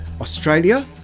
Australia